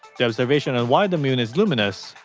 the observations on why the moon is luminous,